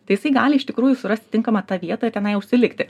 tai jisai gali iš tikrųjų surasti tinkamą tą vietą ir tenai užsilikti